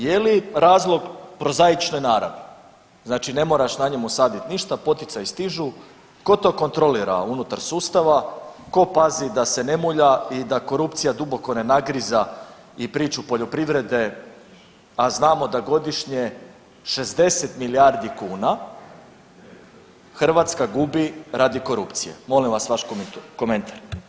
Je li razlog prozaične naravi, znači ne moraš na njemu sadit ništa, poticaji stižu, ko to kontrolira unutar sustava, ko pazi da se ne mulja i da korupcija duboko ne nagriza i priču poljoprivrede, a znamo da godišnje 60 milijardi kuna Hrvatska gubi radi korupcije, molim vas vaš komentar.